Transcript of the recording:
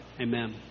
Amen